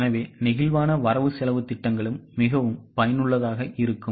எனவே நெகிழ்வான வரவு செலவுத் திட்டங்களும் மிகவும் பயனுள்ளதாக இருக்கும்